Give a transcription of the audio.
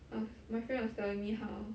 I was my friend was telling me how